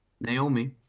Naomi